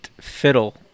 fiddle